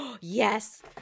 Yes